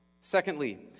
Secondly